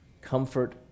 Comfort